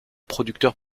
producteurs